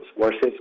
versus